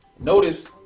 Notice